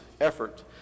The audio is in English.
effort